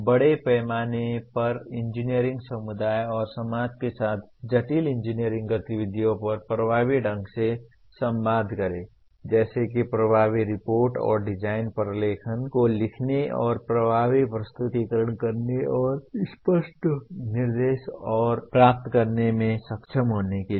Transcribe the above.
बड़े पैमाने पर इंजीनियरिंग समुदाय और समाज के साथ जटिल इंजीनियरिंग गतिविधियों पर प्रभावी ढंग से संवाद करें जैसे कि प्रभावी रिपोर्ट और डिजाइन प्रलेखन को लिखने और प्रभावी प्रस्तुतीकरण करने और स्पष्ट निर्देश देने और प्राप्त करने में सक्षम होने के लिए